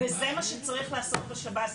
וזה מה שצריך לעשות בשב"ס,